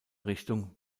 richtung